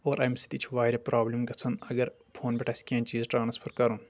اور امہِ سۭتی چھِ واریاہ پرابلم گژھان اگر فونہٕ پٮ۪ٹھ آسہِ کینٛہہ چیٖز ٹرانسفر کرُن